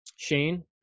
Shane